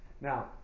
Now